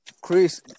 Chris